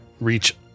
reach